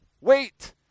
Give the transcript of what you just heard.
wait